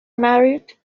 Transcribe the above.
married